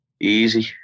Easy